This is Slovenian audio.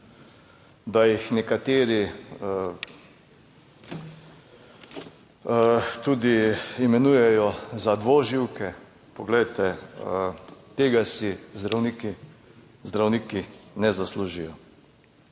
da jih nekateri tudi imenujejo za dvoživke. Poglejte, tega si zdravniki, zdravniki